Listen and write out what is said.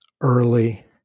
early